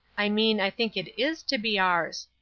i mean i think it is to be ours.